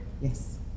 Yes